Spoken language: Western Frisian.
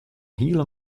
hiele